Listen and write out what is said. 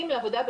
מגיע,